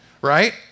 right